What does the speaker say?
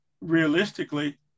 realistically